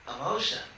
emotion